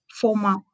former